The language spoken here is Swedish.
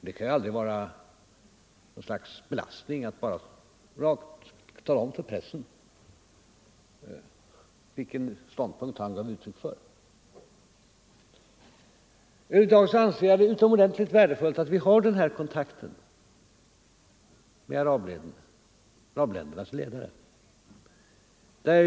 Det kan ju aldrig vara något slags belastning att bara tala om för pressen vilken ståndpunkt han gav uttryck för. Över huvud taget anser jag det vara utomordentligt värdefullt att vi har denna kontakt med arabländernas ledare.